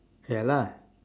ya lah